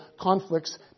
conflicts